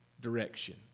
direction